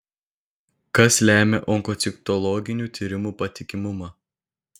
kas lemia onkocitologinių tyrimų patikimumą